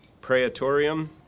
Praetorium